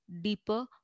deeper